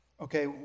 Okay